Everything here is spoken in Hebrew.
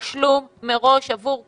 תשלום מראש עבור כולם.